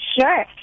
Sure